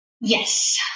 Yes